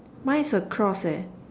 mine is a cross eh